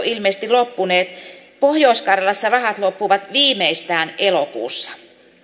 ilmeisesti jo loppuneet pohjois karjalassa rahat loppuvat viimeistään elokuussa